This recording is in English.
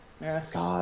yes